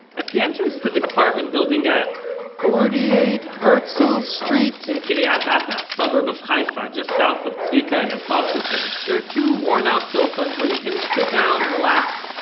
at the entrance to the apartment building on forty eight herzl so st in kiriyat ata, a suburb of haifa, just south of tzvika and his sausages, there are two worn out sofas where you can sit down, relax,